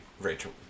rachel